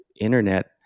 internet